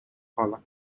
pollock